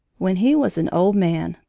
when he was an old man,